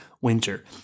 winter